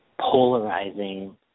polarizing